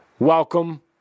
Welcome